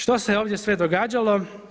Što se ovdje sve događalo?